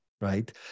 right